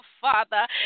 Father